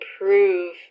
improve